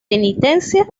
penitencia